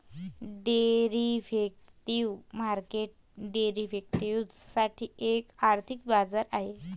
derivative market derivatives साठी एक आर्थिक बाजार आहे